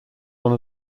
one